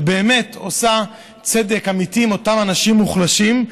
שבאמת עושה צדק אמיתי עם אותם אנשים מוחלשים,